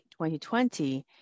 2020